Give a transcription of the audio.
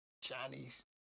Chinese